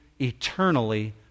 eternally